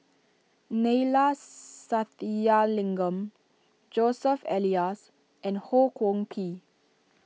Neila Sathyalingam Joseph Elias and Ho Kwon Ping